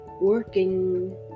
working